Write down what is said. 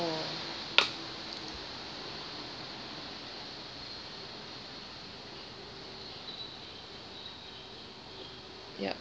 ya